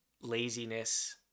laziness